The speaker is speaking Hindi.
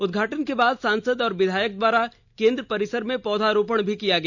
उदघाटन के बाद सांसद और विधायक द्वारा केंद्र परिसर में पौधरोपण भी किया गया